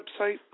website